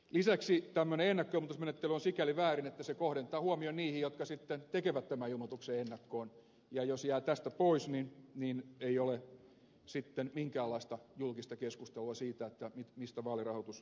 lisäksi tämmöinen ennakkoilmoitusmenettely on sikäli väärin että se kohdentaa huomion niihin jotka sitten tekevät tämän ilmoituksen ennakkoon ja jos jää tästä pois niin ei ole sitten minkäänlaista julkista keskustelua siitä mistä vaalirahoitus on koostunut